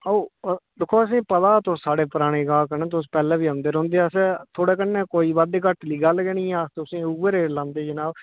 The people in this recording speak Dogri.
ओह् दिक्खो असें ई पता तुस साढ़े पराने गाह्क न तुस पैह्लें बी औंदे रौंह्दे असें थुआढ़े कन्नै कोई बद्ध घट्ट दी गल्ल गै निं ऐ अस तुसें ई उ'ऐ रेट लांदे जनाब